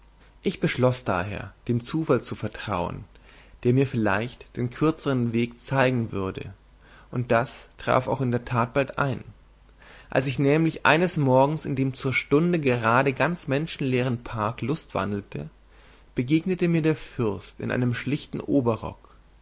ich beschloß daher dem zufall zu vertrauen der mir vielleicht den kürzeren weg zeigen würde und das traf auch in der tat bald ein als ich nämlich eines morgens in dem zur stunde gerade ganz menschenleeren park lustwandelte begegnete mir der fürst in einem schlichten oberrock